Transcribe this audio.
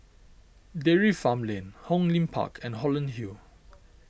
Dairy Farm Lane Hong Lim Park and Holland Hill